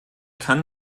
kann